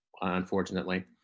unfortunately